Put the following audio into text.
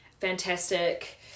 fantastic